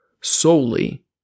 solely